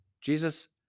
Jesus